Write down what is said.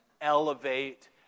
elevate